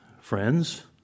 friends